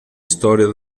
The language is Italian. storia